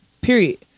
Period